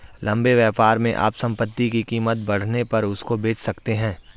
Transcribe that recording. लंबे व्यापार में आप संपत्ति की कीमत बढ़ने पर उसको बेच सकते हो